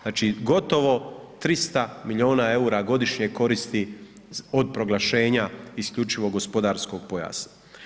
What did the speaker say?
Znači, gotovo 300 milijuna eura godišnje koristi od proglašenja isključivog gospodarskog pojasa.